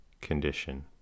condition